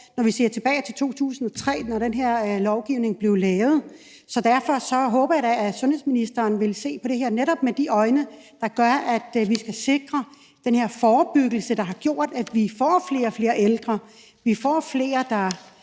Vi kan se tilbage til 2003, hvor den her lovgivning blev lavet. Så derfor håber jeg da, at sundhedsministeren vil se på det her netop med de øjne, der gør, at vi skal sikre den her forebyggelse, der har gjort, at vi får flere og flere ældre. Vi får flere, der